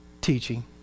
teaching